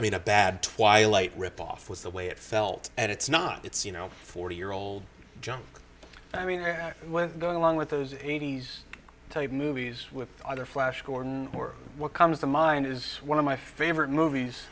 i mean a bad twilight ripoff was the way it felt and it's not it's you know forty year old junk i mean when you go along with those eighty's type movies either flash gordon or what comes to mind is one of my favorite movies